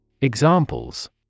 Examples